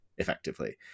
effectively